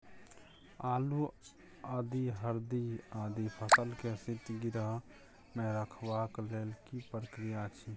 आलू, आदि, हरदी आदि फसल के शीतगृह मे रखबाक लेल की प्रक्रिया अछि?